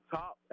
top